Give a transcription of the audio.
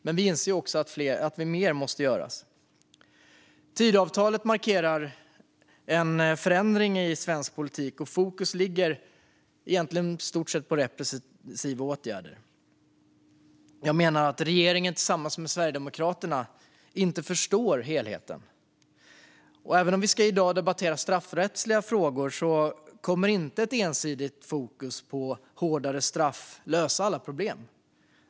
Men vi inser också att mer måste göras. Tidöavtalet markerar en förändring i svensk politik. Fokus ligger på repressiva åtgärder, men jag menar att regeringen tillsammans med Sverigedemokraterna inte förstår helheten. Även om vi i dag ska debattera straffrättsliga frågor kommer inte ett ensidigt fokus på hårdare straff att lösa alla problem.